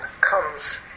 comes